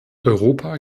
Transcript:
europa